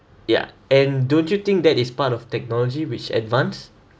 yeah and don't you think that is part of technology which advance